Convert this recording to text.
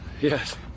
yes